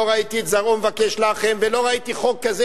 לא ראיתי את זרעו מבקש לחם ולא ראיתי חוק כזה,